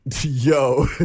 Yo